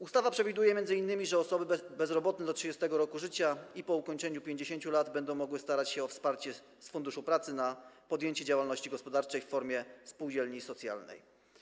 Ustawa przewiduje m.in., że osoby bezrobotne do 30. roku życia i po ukończeniu 50 lat będą mogły starać się o wsparcie z Funduszu Pracy na podjęcie działalności gospodarczej w formie spółdzielni socjalnej.